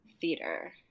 theater